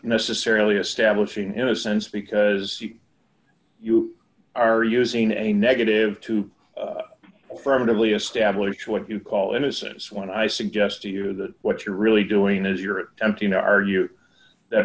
necessarily establishing innocence because you are using a negative to affirmatively establish what you call innocence when i suggest to you that what you're really doing is you're attempting to argue that